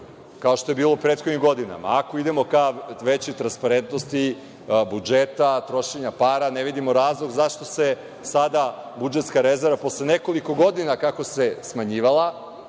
kao što je bilo prethodnih godina. Ako idemo ka većoj transparentnosti budžeta, trošenja para, ne vidimo razlog zašto se sada budžetska rezerva, posle nekoliko godina kako se smanjivala,